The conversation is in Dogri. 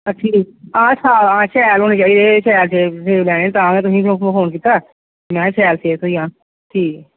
हं ठीक हा शैल होने चाहिदे हा शैल सेब चाहिदे तां गै तुसेंगी फोन कीता माहां शैल सेब थ्होई जाह्न ठीक ऐ